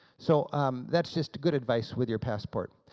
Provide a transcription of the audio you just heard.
so um that's just good advice with your passport.